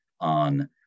on